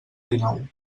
dinou